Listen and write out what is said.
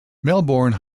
melbourne